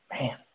Man